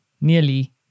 nearly